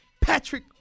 Patrick